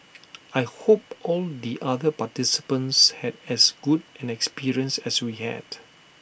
I hope all the other participants had as good an experience as we had